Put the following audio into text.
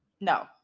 No